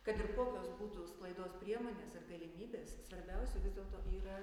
kad ir kokios būtų sklaidos priemonės ir galimybės svarbiausia vis dėlto yra